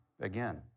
again